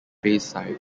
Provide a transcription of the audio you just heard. bayside